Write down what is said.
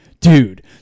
Dude